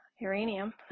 uranium